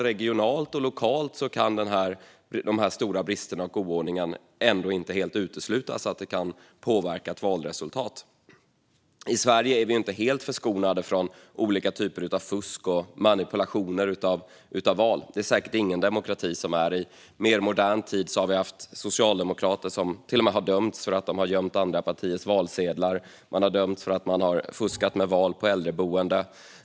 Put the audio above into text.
Regionalt och lokalt kan det inte helt uteslutas att de här stora bristerna och oordningen kan påverka ett valresultat. I Sverige är vi ju inte helt förskonade från olika typer av fusk och manipulation av val. Det är det säkert ingen demokrati som är. I mer modern tid har vi haft socialdemokrater som till och med har dömts för att de gömt andra partiers valsedlar. Man har dömts för att man fuskat med val på äldreboenden.